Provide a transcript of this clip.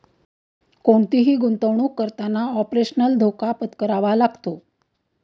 कोणतीही गुंतवणुक करताना ऑपरेशनल धोका पत्करावा लागतो